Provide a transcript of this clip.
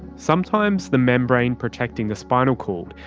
sometimes the membrane protecting the spinal cord,